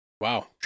Wow